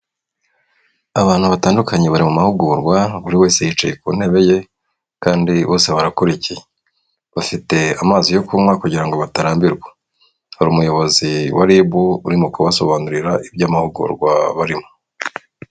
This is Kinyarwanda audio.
Abantu batandukanye bari mu mahugurwa buri wese yicaye ku ntebe ye kandi bose barakurikiye, bafite amazi yo kunywa kugira ngo batarambirwa, hari umuyobozi wa RIB urimo kubasobanurira iby'amahugurwa barimo.